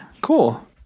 cool